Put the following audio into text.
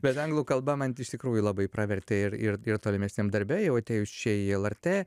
bet anglų kalba man iš tikrųjų labai pravertė ir ir ir tolimesniam darbe jau atėjus čia į lrt